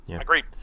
agreed